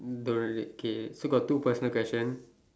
the wait wait K still got two personal question